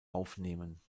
aufnehmen